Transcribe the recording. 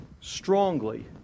strongly